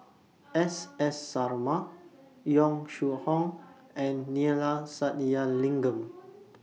S S Sarma Yong Shu Hoong and Neila Sathyalingam